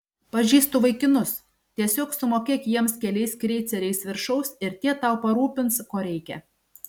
pažįstu vaikinus tiesiog sumokėk jiems keliais kreiceriais viršaus ir tie tau parūpins ko reikia